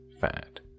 fat